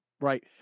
Right